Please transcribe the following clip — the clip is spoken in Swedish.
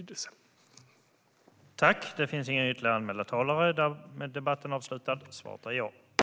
Sveriges sjöterritorium och maritima zoner